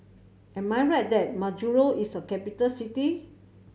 am I right that Majuro is a capital city